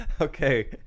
Okay